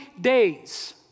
days